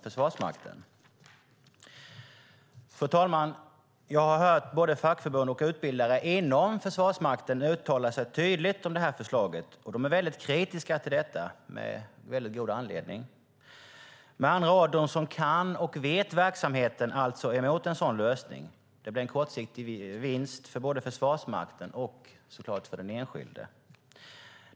Fru talman! Jag har hört både fackförbund och utbildare inom Försvarsmakten uttala sig tydligt om det här förslaget. De är väldigt kritiska till detta, och det har de god anledning till. Med andra ord är de som kan verksamheten emot en sådan lösning. Det blir en kortsiktig vinst för både Försvarsmakten och för den enskilde.